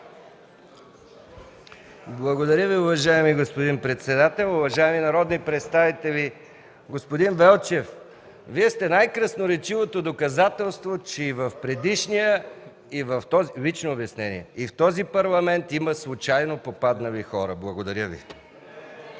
Благодаря Ви, уважаеми господин председател. Уважаеми народни представители! Господин Велчев, Вие сте най-красноречивото доказателство, че и в предишния, и в този Парламент има случайно попаднали хора. Благодаря Ви.